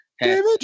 David